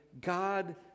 God